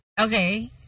Okay